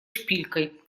шпилькой